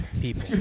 people